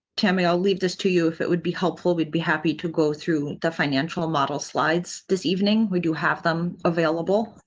tammy. i'll leave this to you. if it would be helpful. we'd be happy to go through the financial model slides this evening. we do have them available